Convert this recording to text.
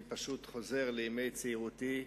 אני פשוט חוזר לימי צעירותי,